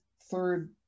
third